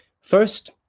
First